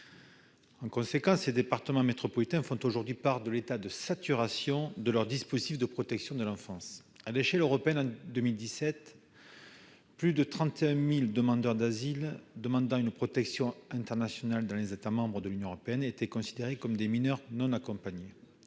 En conséquence, les départements métropolitains font aujourd'hui part de l'état de saturation de leurs dispositifs de protection de l'enfance. À l'échelle européenne, plus de 31 000 demandeurs d'asile sollicitant une protection internationale dans les États membres de l'Union européenne étaient considérés comme des mineurs non accompagnés